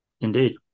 Indeed